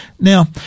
Now